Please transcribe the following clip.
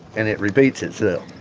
and it repeats itself?